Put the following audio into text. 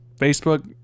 Facebook